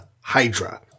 Hydra